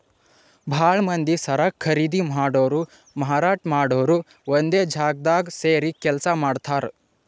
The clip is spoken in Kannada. ಭಾಳ್ ಮಂದಿ ಸರಕ್ ಖರೀದಿ ಮಾಡೋರು ಮಾರಾಟ್ ಮಾಡೋರು ಒಂದೇ ಜಾಗ್ದಾಗ್ ಸೇರಿ ಕೆಲ್ಸ ಮಾಡ್ತಾರ್